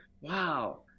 Wow